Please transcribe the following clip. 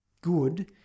good